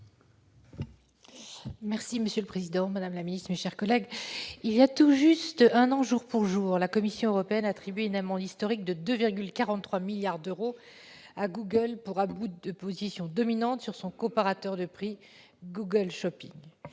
Monsieur le président, madame la ministre, mes chers collègues, il y a tout juste un an jour pour jour, la Commission européenne attribuait une amende historique de 2,43 milliards d'euros à Google pour abus de position dominante sur son comparateur de prix Google Shopping,